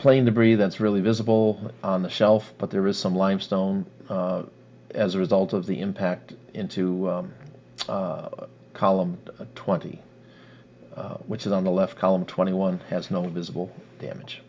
plane debris that's really visible on the shelf but there is some limestone as a result of the impact into a column twenty which is on the left column twenty one has no visible damage